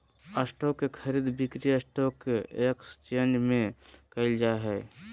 stock के खरीद बिक्री स्टॉक एकसचेंज में क़इल जा हइ